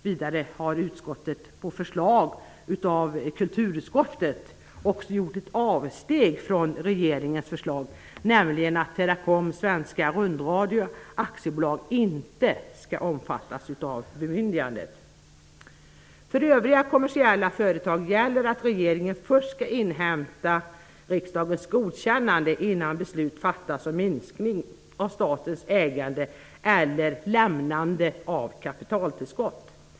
Vidare har utskottet på förslag av kulturutskottet gjort ett avsteg från regeringens förslag, nämligen att Teracom Svensk Rundradio AB För övriga kommersiella företag gäller att regeringen först skall inhämta riksdagens godkännande innan beslut fattas om minskning av statens ägande eller lämnande av kapitaltillskott.